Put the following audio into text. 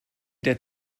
der